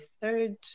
third